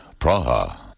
Praha